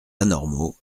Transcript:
anormaux